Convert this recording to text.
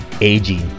Aging